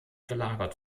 gelagert